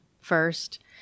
first